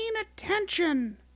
attention